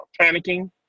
panicking